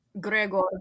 Gregor